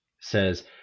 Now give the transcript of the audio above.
says